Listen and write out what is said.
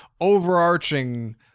Overarching